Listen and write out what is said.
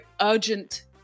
urgent